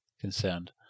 concerned